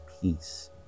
peace